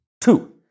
Two